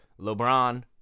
LeBron